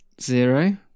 Zero